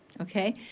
Okay